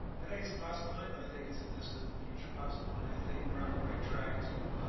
i think it's a possibility, but i think it's a distant future possibility. i think we're on the right track to,